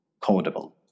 codable